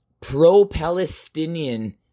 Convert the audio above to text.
pro-Palestinian